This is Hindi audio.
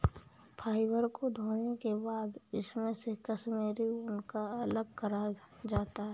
फ़ाइबर को धोने के बाद इसमे से कश्मीरी ऊन को अलग करा जाता है